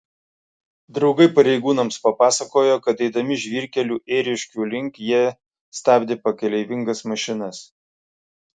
draugai pareigūnams papasakojo kad eidami žvyrkeliu ėriškių link jie stabdė pakeleivingas mašinas